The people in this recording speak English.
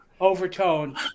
overtone